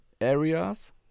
areas